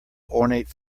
ornate